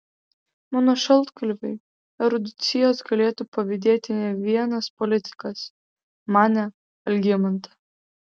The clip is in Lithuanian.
mano šaltkalviui erudicijos galėtų pavydėti ne vienas politikas manė algimanta